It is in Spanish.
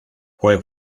fue